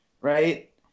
right